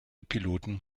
piloten